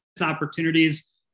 opportunities